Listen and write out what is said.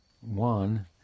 One